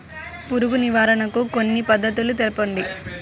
పురుగు నివారణకు కొన్ని పద్ధతులు తెలుపండి?